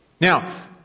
Now